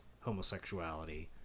homosexuality